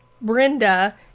Brenda